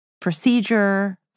procedure